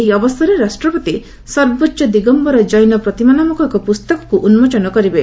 ଏହି ଅବସରରେ ରାଷ୍ଟ୍ରପତି ସର୍ବୋଚ୍ଚ ଦିଗମ୍ଘର ଜୈନ ପ୍ରତୀମା ନାମକ ଏକ ପୁସ୍ତକକୁ ଉନ୍କୋଚନ କରିବେ